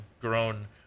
grown